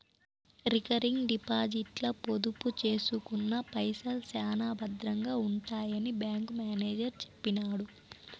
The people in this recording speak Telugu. రికరింగ్ డిపాజిట్ల పొదుపు సేసుకున్న పైసల్ శానా బద్రంగా ఉంటాయని బ్యాంకు మేనేజరు సెప్పినాడు